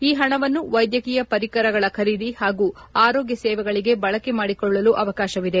ಈ ಹಣವನ್ನು ವೈದ್ಯಕೀಯ ಪರಿಕರಗಳ ಖರೀದಿ ಹಾಗೂ ಆರೋಗ್ಯ ಸೇವೆಗಳಗಾಗಿ ಬಳಕೆ ಮಾಡಿಕೊಳ್ಳಲು ಅವಕಾಶವಿದೆ